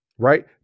Right